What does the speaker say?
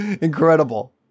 Incredible